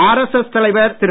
RSS தலைவர் திரு